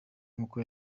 nk’uko